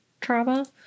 trauma